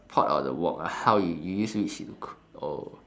pot or the wok ah how you you use which to cook oh